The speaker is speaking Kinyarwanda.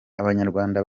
abanyarwanda